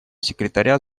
секретаря